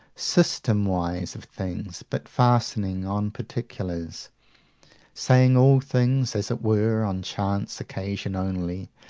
system-wise of things, but fastening on particulars saying all things as it were on chance occasion only,